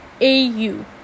a-u